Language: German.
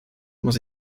muss